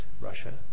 Russia